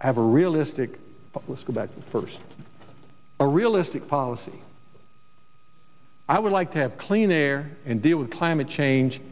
have a realistic but let's go back to first a realistic policy i would like to have clean air and deal with climate change